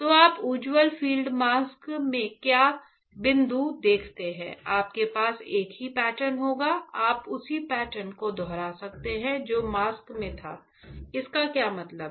तो आप उज्ज्वल फ़ील्ड मास्क में क्या बिंदु देखते हैं आपके पास एक ही पैटर्न होगा आप उसी पैटर्न को दोहरा सकते हैं जो मास्क में था इसका क्या मतलब है